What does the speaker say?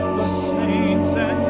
saints'